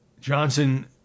Johnson